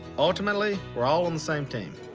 ultimately, we're all on the same team.